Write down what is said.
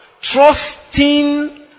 trusting